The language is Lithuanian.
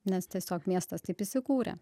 nes tiesiog miestas taip įsikūrė